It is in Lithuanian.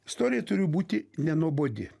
istorija turi būti nenuobodi